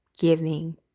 giving